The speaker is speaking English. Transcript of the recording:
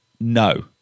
No